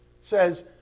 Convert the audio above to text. says